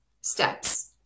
steps